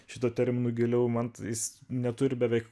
šituo terminu giliau man tai jis neturi beveik